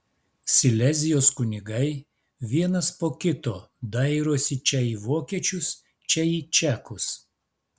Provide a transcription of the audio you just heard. silezijos kunigai vienas po kito dairosi čia į vokiečius čia į čekus